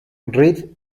reed